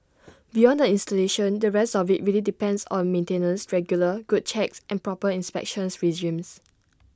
beyond the installation the rest of IT really depends on maintenance regular good checks and proper inspection regimes